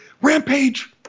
Rampage